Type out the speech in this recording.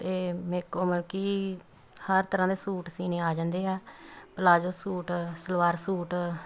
ਅਤੇ ਮੇਰੇ ਕੋਲ ਮਲਕੀ ਹਰ ਤਰ੍ਹਾਂ ਦੇ ਸੂਟ ਸੀਨੇ ਹਾਂ ਜਾਂਦੇ ਆ ਪਲਾਜੋ ਸੂਟ ਸਲਵਾਰ ਸੂਟ